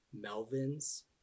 melvin's